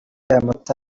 amata